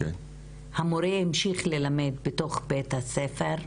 המורה המשיך ללמד בתוך בית הספר,